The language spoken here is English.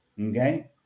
Okay